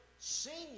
Senior